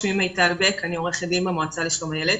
שמי מיטל בק ואני עורכת דין במועצה לשלום הילד.